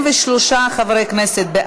סעיף 48(ב)(1)(ב)